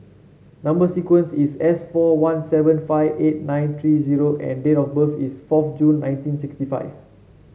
number sequence is S four one seven five eight nine three zero and date of birth is fourth June nineteen sixty five